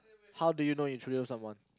how do you know you chosen someone